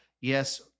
yes